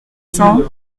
cents